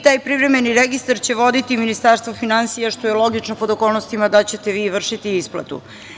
Taj privremeni registar će voditi Ministarstvo finansija, što je logično, pod okolnostima da ćete vi vršiti isplatu.